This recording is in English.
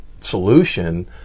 solution